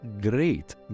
great